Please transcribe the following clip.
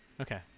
Okay